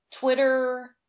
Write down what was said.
Twitter